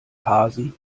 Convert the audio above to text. phasen